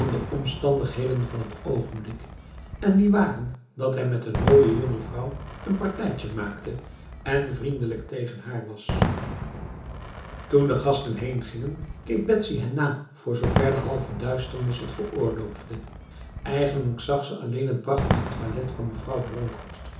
de omstandigheden van het ogenblik en die waren dat hij met een mooie jonge vrouw n partijtje maakte en vriendelijk tegen haar was toen de gasten heengingen keek betsy hen na voorzover de halve duisternis het veroorloofde eigenlijk zag ze alleen het prachtig toilet van mevrouw bronkhorst